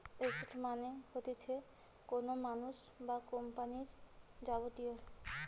asset মানে হতিছে কোনো মানুষ বা কোম্পানির যাবতীয়